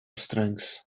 strengths